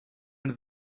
into